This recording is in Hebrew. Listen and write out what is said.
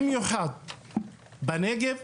במיוחד בנגב,